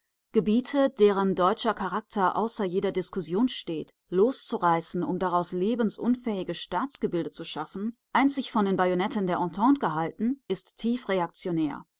gebiete deren deutscher charakter außer jeder diskussion steht loszureißen um daraus lebensunfähige staatsgebilde zu schaffen einzig von den bajonetten der entente gehalten ist tief reaktionär